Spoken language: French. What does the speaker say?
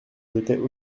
jetaient